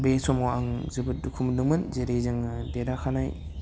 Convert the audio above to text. बे समाव आं जोबोद दुखु मोन्दोंमोन जेरै जोङो देरहाखानाय